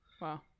wow